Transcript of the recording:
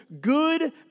good